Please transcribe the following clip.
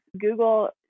Google